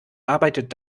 arbeitet